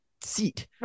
seat